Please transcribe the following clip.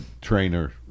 trainer